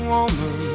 Woman